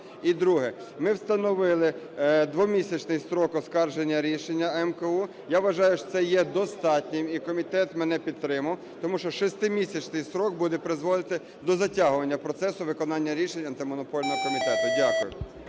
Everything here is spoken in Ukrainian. І друге: ми встановили двомісячний строк оскарження рішення АМКУ. Я вважаю, що це є достатнім, і комітет мене підтримав, тому що шестимісячний строк буде призводити до затягування процесу виконання рішень Антимонопольного комітету. Дякую.